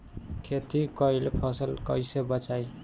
खेती कईल फसल कैसे बचाई?